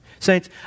Saints